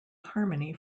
harmony